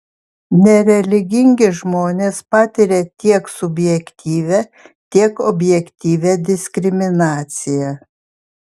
nereligingi žmonės patiria tiek subjektyvią tiek objektyvią diskriminaciją